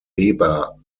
weber